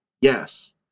Yes